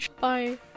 bye